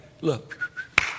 look